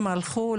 הם הלכו,